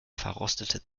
verrostete